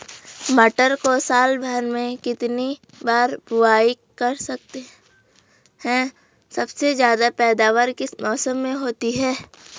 मटर को साल भर में कितनी बार बुआई कर सकते हैं सबसे ज़्यादा पैदावार किस मौसम में होती है?